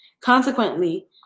Consequently